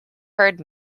heard